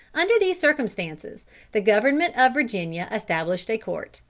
under these circumstances the government of virginia established a court,